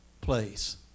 place